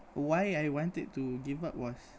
why I wanted to give up was